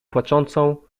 płaczącą